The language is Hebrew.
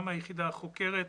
גם היחידה החוקרת,